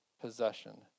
possession